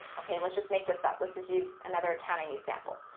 okay, let's just make this up. let's just use another accounting example.